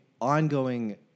ongoing